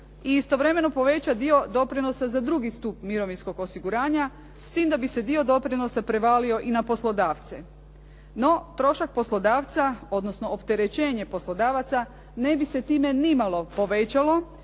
i istovremeno poveća dio doprinosa za drugi stup mirovinskog osiguranja s tim da bi se dio doprinosa prevalio i na poslodavce. No, trošak poslodavca, odnosno opterećenje poslodavaca ne bi se time ni malo povećalo